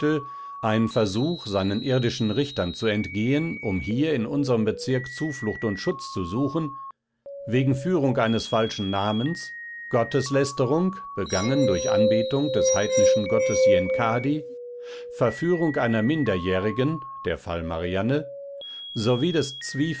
eine versuch seinen irdischen richtern zu entgehen um hier in unserem bezirk zuflucht und schutz zu suchen wegen führung eines falschen namens gotteslästerung begangen durch anbetung des heidnischen gottes yenkadi verführung einer minderjährigen der fall marianne sowie des